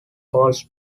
calls